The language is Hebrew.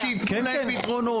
יש מקומות שימצאו להם פתרונות.